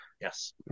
Yes